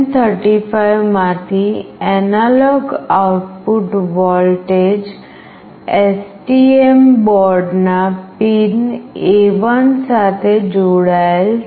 LM35 માંથી analogue output voltage STM બોર્ડના pin A1 સાથે જોડાયેલ છે